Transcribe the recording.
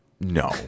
No